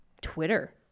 Twitter